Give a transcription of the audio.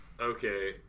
Okay